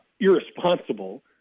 irresponsible